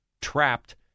trapped